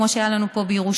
כמו שהיה לנו פה בירושלים.